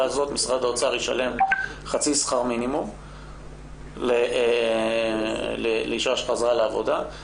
הזאת משרד האוצר ישלם חצי שכר מינימום לאישה שחזרה לעבודה.